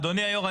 אדוני היו"ר,